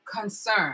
concern